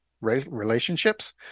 relationships